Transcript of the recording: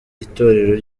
itorero